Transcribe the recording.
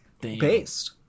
Based